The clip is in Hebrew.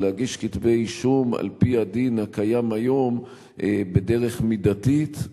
ולהגיש כתבי-אישום על-פי הדין הקיים היום בדרך מידתית,